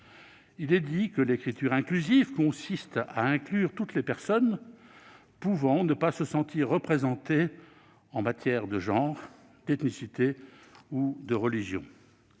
Il est dit que l'écriture inclusive consiste à inclure toutes les personnes pouvant ne pas se sentir représentées, sur le plan du genre, de l'ethnicité ou de la religion.